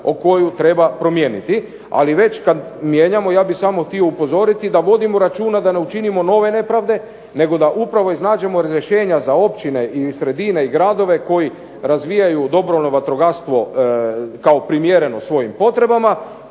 koju treba promijeniti. Ali, već kad mijenjamo ja bih samo htio upozoriti da vodimo računa da ne učinimo nove nepravde nego da upravo iznađemo rješenja za općine i sredine i gradove koji razvijaju dobrovoljno vatrogastvo kao primjereno svojim potrebama,